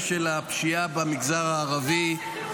של הפשיעה במגזר הערבי --- הוא לא עושה כלום,